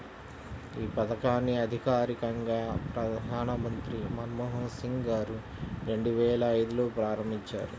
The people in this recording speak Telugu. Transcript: యీ పథకాన్ని అధికారికంగా ప్రధానమంత్రి మన్మోహన్ సింగ్ గారు రెండువేల ఐదులో ప్రారంభించారు